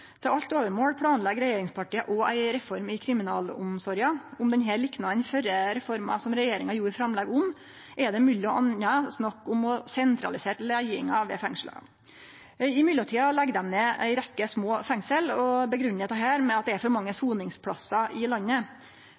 Til alt overmål planlegg regjeringspartia òg ei reform i kriminalomsorga. Om denne liknar den førre reforma som regjeringa gjorde framlegg om, er det m.a. snakk om å sentralisere leiinga ved fengsla. I mellomtida legg dei ned ei rekkje små fengsel og grunngjev dette med at det er for mange soningsplassar i landet,